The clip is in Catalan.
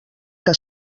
que